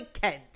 Kent